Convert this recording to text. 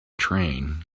train